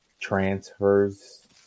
transfers